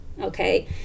Okay